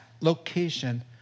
location